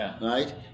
right